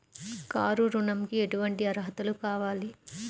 Car ఋణంకి ఎటువంటి అర్హతలు కావాలి?